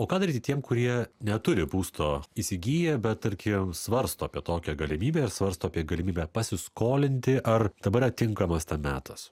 o ką daryti tiem kurie neturi būsto įsigiję bet tarkim svarsto apie tokią galimybę ir svarsto apie galimybę pasiskolinti ar dabar yra tinkamas tam metas